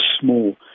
small